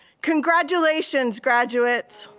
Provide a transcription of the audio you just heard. congratulations, graduates!